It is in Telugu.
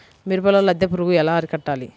మిరపలో లద్దె పురుగు ఎలా అరికట్టాలి?